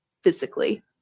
physically